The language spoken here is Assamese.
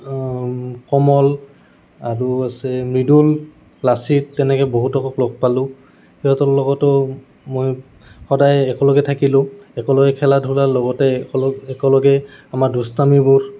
কমল আৰু আছে মৃদুল লাচিত তেনেকে বহুতক লগ পালোঁ সিহঁতৰ লগতো মই সদায় একেলগে থাকিলোঁ একেলগে খেলা ধূলাৰ লগতে একলগে একেলগে আমাৰ দুষ্টামিবোৰ